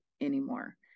anymore